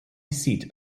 seat